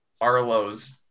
Arlo's